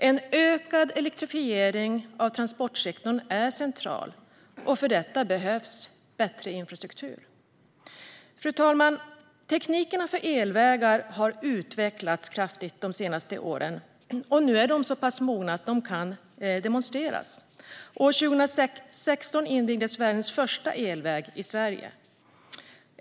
En ökad elektrifiering av transportsektorn är central, och för detta behövs bättre infrastruktur. Fru talman! Teknikerna för elvägar har utvecklats kraftigt de senaste åren, och nu är de så pass mogna att de kan demonstreras. År 2016 invigdes världens första elväg i Sverige.